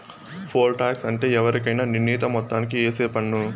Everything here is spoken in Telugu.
పోల్ టాక్స్ అంటే ఎవరికైనా నిర్ణీత మొత్తానికి ఏసే పన్ను